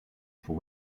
for